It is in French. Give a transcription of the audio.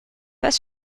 pas